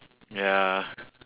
ya